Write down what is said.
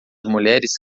mulheres